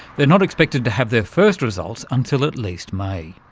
they're not expected to have their first results until at least may.